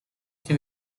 can